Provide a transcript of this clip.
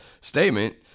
statement